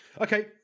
Okay